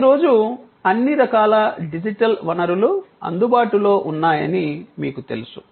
ఈ రోజు అన్ని రకాల డిజిటల్ వనరులు అందుబాటులో ఉన్నాయని మీకు తెలుసు